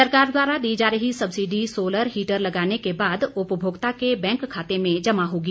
सरकार द्वारा दी जा रही सब्सिडी सोलर हीटर लगाने के बाद उपभोक्ता के बैंक खाते में जमा होगी